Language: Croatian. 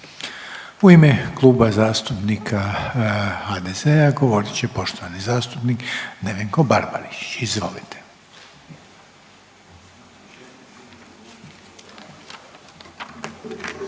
U ime Kluba zastupnika HDZ-a govorit će poštovani zastupnik Josip Borić. Izvolite.